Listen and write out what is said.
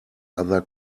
other